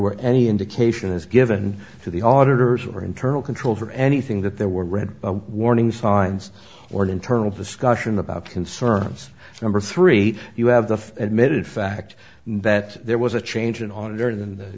were any indication is given to the auditors or internal controls or anything that there were red warning signs or an internal discussion about concerns number three you have the admitted fact that there was a change in